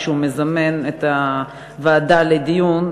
כשהוא מזמן את הוועדה לדיון,